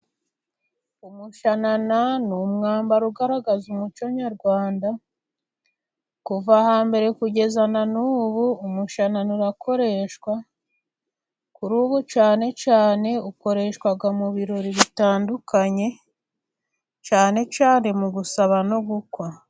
Umushanana ni umwambaro ugaragaza umuco nyarwanda kuva hambere kugeza na nubu, umushanana urakoreshwa kuri ubu cyane cyane ukoreshwa mu birori bitandukanye cyane cyane mu gusaba no gukwa.